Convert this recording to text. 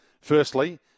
firstly